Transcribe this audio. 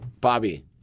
Bobby